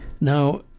Now